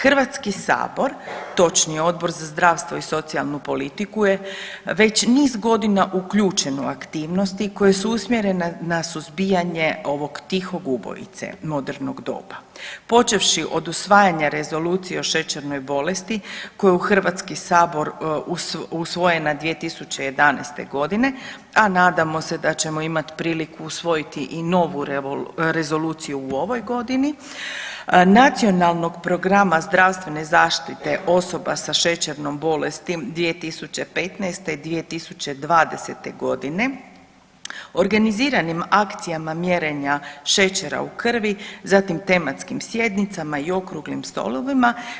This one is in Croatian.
HS, točnije Odbor za zdravstvo i socijalnu politiku je već niz godina uključen u aktivnosti koje su usmjerene na suzbijanje ovog tihog ubojice modernog doba, počevši od usvajanja Rezolucije o šećernoj bolesti koja je u HS usvojena 2011.g., a nadamo se da ćemo imat priliku usvojiti i novu rezoluciju u ovoj godini, Nacionalnog programa zdravstvene zaštite osoba sa šećernom bolesti 2015. i 2020.g., organiziranim akcijama mjerenja šećera u krvi, zatim tematskim sjednicama i okruglim stolovima.